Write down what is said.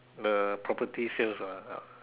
the property sales ah ah